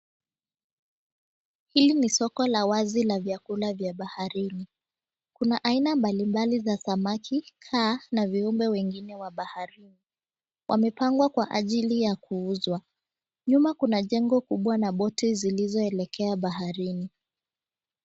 Hili ni soko la wazi la vyakula vya baharini. Kuna aina mbali mbali za samaki kaa na viumbe wengine wa baharini. Wamepangwa kwa ajili ya kuuzwa. Nyuma kuna jengo kubwa na boti zilizoelekea baharini.